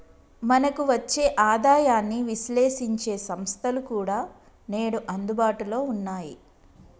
మనకు వచ్చే ఆదాయాన్ని విశ్లేశించే సంస్థలు కూడా నేడు అందుబాటులో ఉన్నాయి